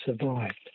survived